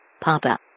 Papa